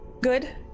good